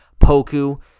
Poku